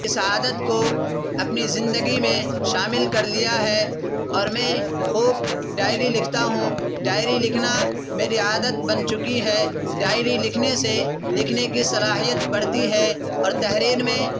اس عادت کو اپنی زندگی میں شامل کر لیا ہے اور میں خوب ڈائری لکھتا ہوں ڈائری لکھنا میری عادت بن چکی ہے ڈائری لکھنے سے لکھنے کی صلاحیت بڑھتی ہے اور تحریر میں